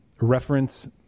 reference